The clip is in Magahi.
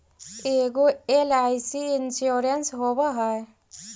ऐगो एल.आई.सी इंश्योरेंस होव है?